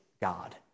God